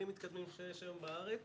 הכי מתקדמים שיש היום בארץ,